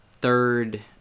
third